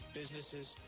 businesses